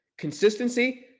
consistency